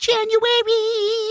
January